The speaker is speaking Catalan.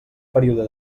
període